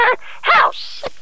house